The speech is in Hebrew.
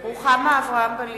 איפה 20 איש?